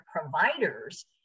providers